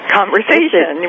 conversation